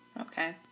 Okay